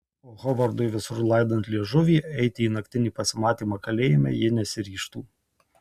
o hovardui visur laidant liežuvį eiti į naktinį pasimatymą kalėjime ji nesiryžtų